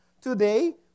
today